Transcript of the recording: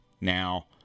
Now